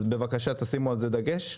אז בבקשה שימו על כך דגש.